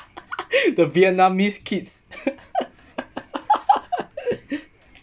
the vietnamese kids